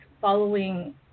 following